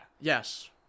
Yes